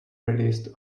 released